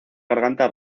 garganta